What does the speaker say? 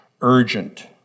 urgent